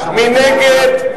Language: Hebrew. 31 בעד, 54 נגד,